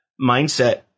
mindset